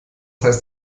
heißt